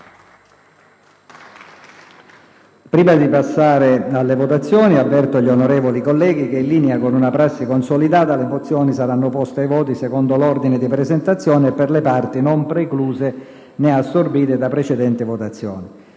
Prima di procedere alle votazioni, avverto gli onorevoli colleghi che, in linea con una prassi consolidata, le mozioni saranno poste ai voti secondo l'ordine di presentazione e per le parti non precluse né assorbite da precedenti votazioni.